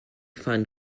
van